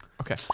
Okay